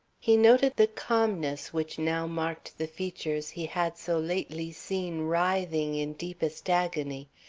he noted the calmness which now marked the features he had so lately seen writhing in deepest agony,